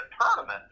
tournament